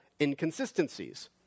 inconsistencies